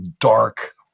dark